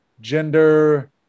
gender